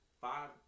five